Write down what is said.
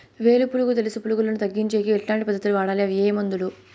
వేరు పులుగు తెలుసు పులుగులను తగ్గించేకి ఎట్లాంటి పద్ధతులు వాడాలి? అవి ఏ మందులు?